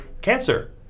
cancer